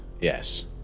Yes